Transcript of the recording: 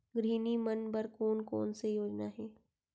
गृहिणी मन बर कोन कोन से योजना हे?